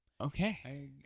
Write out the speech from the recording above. Okay